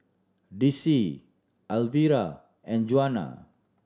Dicie Alvira and Junia